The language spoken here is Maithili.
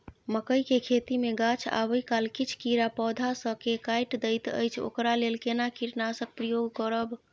मकई के खेती मे गाछ आबै काल किछ कीरा पौधा स के काइट दैत अछि ओकरा लेल केना कीटनासक प्रयोग करब?